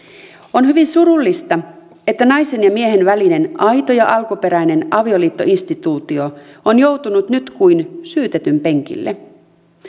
on hyvin surullista että naisen ja miehen välinen aito ja alkuperäinen avioliittoinstituutio on joutunut nyt kuin syytetyn penkille